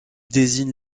désigne